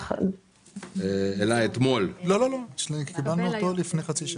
המסמך שלכם נשלח אליי לפני חצי שעה.